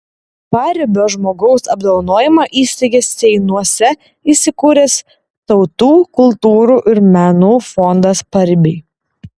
paribio žmogaus apdovanojimą įsteigė seinuose įsikūręs tautų kultūrų ir menų fondas paribiai